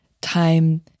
time